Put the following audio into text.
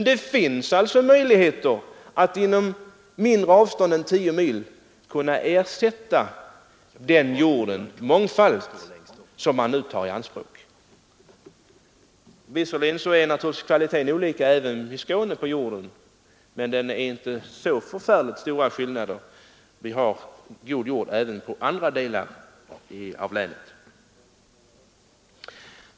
Det finns alltså möjligheter att inom mindre än tio mils avstånd från brofästet många gånger om ersätta den jord som man tar i anspråk i detta fall. Visserligen är naturligtvis även i Skåne kvaliteten olika på olika jordar. Men skillnaden är inte så förfärligt stor. Vi har god jord även i andra delar av länet.